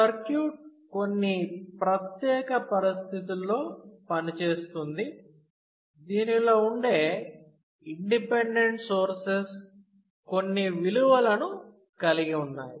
circuit కొన్ని ప్రత్యేక పరిస్థితుల్లో పనిచేస్తుంది దీనిలో ఉండే ఇండిపెండెంట్ సోర్సెస్ కొన్ని విలువలను కలిగి ఉన్నాయి